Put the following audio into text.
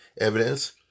evidence